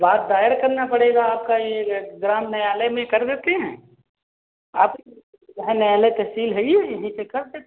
बात दायर करना पड़ेगा आपका ये ग्राम न्यायालय में कर देते हैं यहाँ न्यायालय तहसील हई है यहीं से कर देत